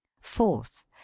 fourth